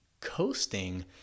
coasting